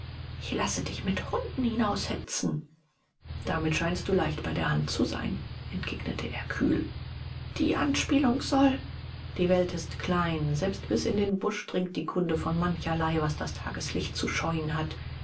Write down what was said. ich lasse dich mit hunden hinaushetzen damit scheinst du leicht bei der hand zu sein entgegnete er kühl die anspielung soll die welt ist klein selbst bis in den busch dringt die kunde von mancherlei was das tageslicht zu scheuen hat